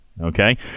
Okay